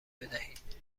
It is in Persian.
بدهید